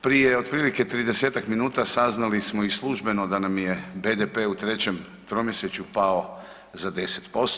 Prije otprilike 30-tak minuta saznali smo i službeno da nam je BDP-e u trećem tromjesečju pao za 10%